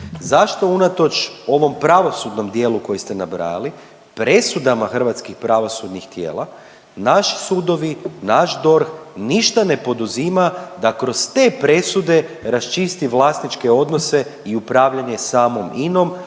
zašto unatoč ovom pravosudnom dijelu koji ste nabrajali presudama hrvatskih pravosudnih tijela naši sudovi i naš DORH ništa ne poduzima da kroz te presude raščisti vlasničke odnose i upravljanje samom INA-om,